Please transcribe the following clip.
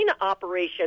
operation